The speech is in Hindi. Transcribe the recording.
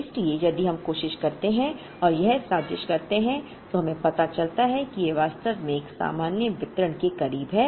इसलिए यदि हम कोशिश करते हैं और यह साजिश करते हैं तो हमें पता चलता है कि यह वास्तव में एक सामान्य वितरण के करीब है